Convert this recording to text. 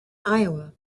iowa